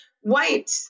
white